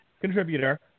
contributor –